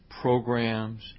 programs